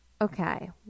Okay